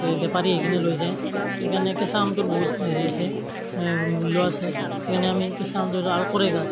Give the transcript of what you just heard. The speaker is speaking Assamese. এই বেপাৰী আহি কিনি লৈ যায় সেই কাৰণে কেঁচা আমটোৰ বহুত হেৰি আছে মূল্য আছে সেইকাৰণে আমি কেঁচা আমটো আৰু আৰু কড়েই গছ